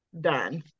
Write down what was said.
done